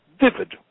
vivid